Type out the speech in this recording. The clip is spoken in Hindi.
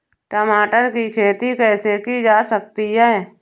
टमाटर की खेती कैसे की जा सकती है?